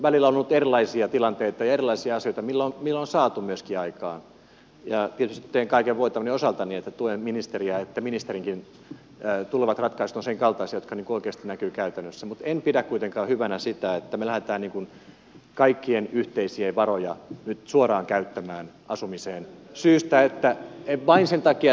välillä on ollut erilaisia tilanteita ja erilaisia asioita millä on saatu myöskin aikaan ja tietysti teen kaiken voitavani osaltani että tuen ministeriä että ministerinkin tulevat ratkaisut ovat senkaltaisia jotka oikeasti näkyvät käytännössä mutta en pidä kuitenkaan hyvänä sitä että me lähdemme niin kuin kaikkien yhteisiä varoja nyt suoraan käyttämään asumiseen vain sen takia ettei olisi toimijoita